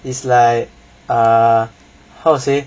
is like err how to say